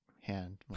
hand